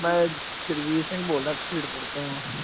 ਮੈਂ ਜਗਜੀਤ ਸਿੰਘ ਬੋਲਦਾ ਘਸੀਟਪੁਰ ਤੋਂ